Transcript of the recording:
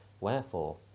Wherefore